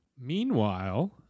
Meanwhile